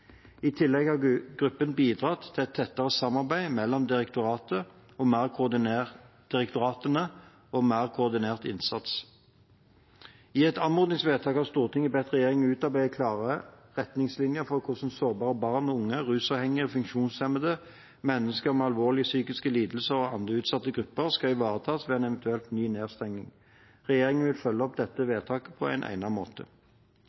I tillegg har gruppen bidratt til et tettere samarbeid mellom direktoratene og mer koordinert innsats. I et anmodningsvedtak har Stortinget bedt regjeringen utarbeide klare retningslinjer for hvordan sårbare barn og unge, rusavhengige, funksjonshemmede, mennesker med alvorlige psykiske lidelser og andre utsatte grupper skal ivaretas ved en eventuell ny nedstenging. Regjeringen vil følge opp dette vedtaket på en egnet måte.